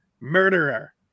murderer